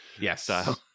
Yes